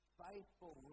faithful